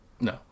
no